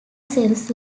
cells